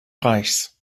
reichs